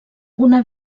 una